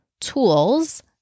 tools